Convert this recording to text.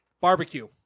Barbecue